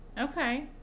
Okay